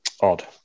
odd